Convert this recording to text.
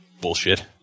bullshit